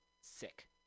sick